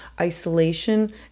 isolation